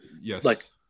yes